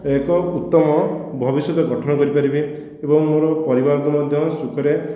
ଏକ ଉତ୍ତମ ଭବିଷ୍ୟତ ଗଠନ କରିପାରିବା ଏବଂ ମୋର ପରିବାରକୁ ମଧ୍ୟ ସୁଖରେ